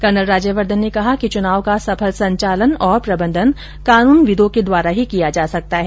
colonel Rajyavardhan ने कहा कि चुनाव का सफल संचालन और प्रबन्धन कानूनविदों के द्वारा ही किया जा सकता है